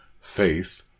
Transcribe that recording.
faith